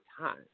time